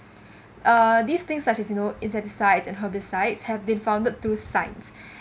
uh this thing such as you know insecticides and herbicides have been founded through science